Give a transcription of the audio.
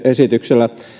esityksellä